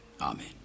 Amen